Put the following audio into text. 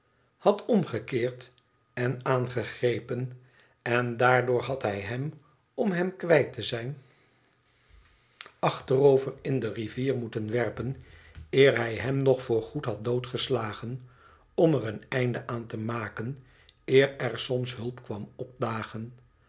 had omgekeerd en aangegrepen en daardoor had hij hem om hem kwijt te zijn achterover in de rivier moeten werpen eer hij hem nog voorgoed had doodgeslagen om er een einde aan te maken eer er soms hulp kwam opdagen